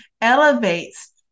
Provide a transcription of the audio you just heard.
elevates